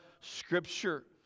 Scripture